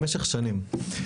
במשך שנים.